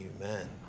Amen